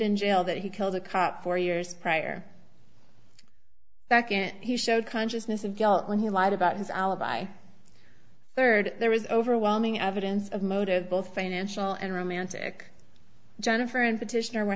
in jail that he killed a cop four years prior back and he showed consciousness of guilt when he lied about his alibi third there was overwhelming evidence of motive both financial and romantic jennifer and petitioner were